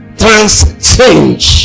transchange